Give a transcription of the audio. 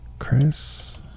Chris